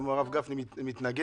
גם הרב גפני מתנגד.